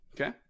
Okay